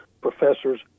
professors